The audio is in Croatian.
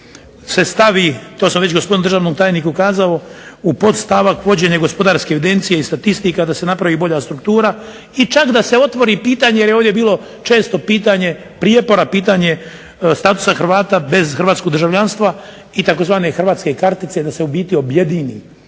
se stavi to sam već gospodinu državnom tajniku kazao u podstavak vođenje gospodarske evidencije i statistika da se napravi bolja struktura i čak da se otvori pitanje jer je ovdje bilo često pitanje prijepora pitanje statusa Hrvata bez hrvatskog državljanstva i tzv. hrvatske kartice da se u biti objedini,